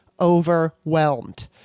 overwhelmed